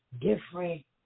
different